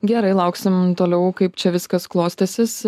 gerai lauksim toliau kaip čia viskas klostysis